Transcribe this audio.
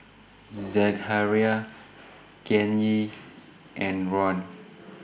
Zechariah Kanye and Ron